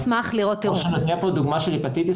כמו שנתנו פה דוגמה של הפטיטיס,